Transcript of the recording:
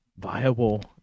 viable